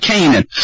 Canaan